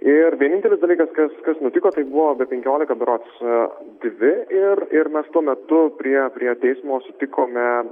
ir vienintelis dalykas kas kas nutiko tai buvo be penkiolika berods dvi ir ir mes tuo metu priėję prie teismo sutikome